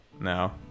No